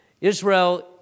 Israel